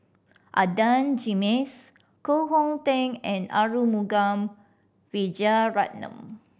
Adan Jimenez Koh Hong Teng and Arumugam Vijiaratnam